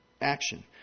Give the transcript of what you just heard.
action